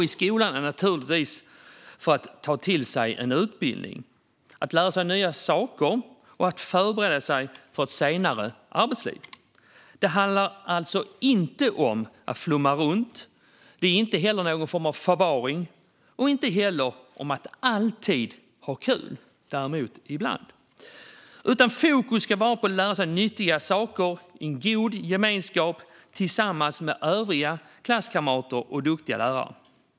Man går naturligtvis i skolan för att ta till sig en utbildning, lära sig nya saker och förbereda sig för ett senare arbetsliv. Det handlar alltså inte om att flumma runt. Det handlar inte heller om någon form av förvaring eller om att alltid ha kul - däremot ibland. Fokus ska vara på att lära sig nyttiga saker i en god gemenskap med övriga klasskamrater och duktiga lärare.